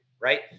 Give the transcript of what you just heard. Right